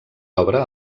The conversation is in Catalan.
obre